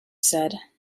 said